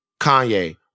Kanye